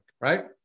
right